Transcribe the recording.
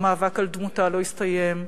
המאבק על דמותה לא הסתיים,